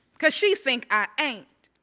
cuz she think i ain't.